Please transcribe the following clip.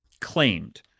claimed